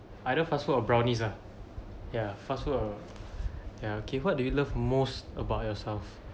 either fast food or brownies ah ya fast food or ya okay what do you love most about yourself